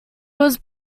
was